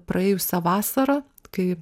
praėjusią vasarą kai